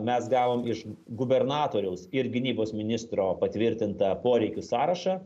mes gavom iš gubernatoriaus ir gynybos ministro patvirtintą poreikių sąrašą